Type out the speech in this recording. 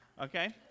Okay